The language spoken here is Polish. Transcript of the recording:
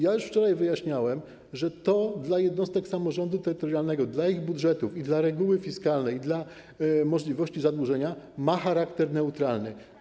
Już wczoraj wyjaśniałem, że dla jednostek samorządu terytorialnego, dla ich budżetów i dla reguły fiskalnej, dla możliwości zadłużenia ma to charakter neutralny.